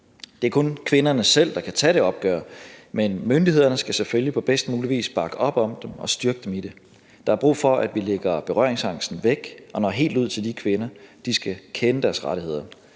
Det er kun kvinderne selv, der kan tage det opgør, men myndighederne skal selvfølgelig på bedst mulig vis bakke op om dem og styrke dem i det. Der er brug for, at vi lægger berøringsangsten væk og når helt ud til de kvinder – de skal kende deres rettigheder.